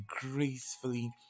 gracefully